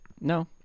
No